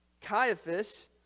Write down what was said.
Caiaphas